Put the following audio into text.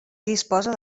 disposa